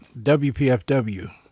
WPFW